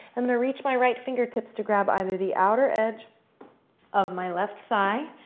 and then reach my right fingertips to grab either the outer edge of my left thigh,